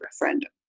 referendum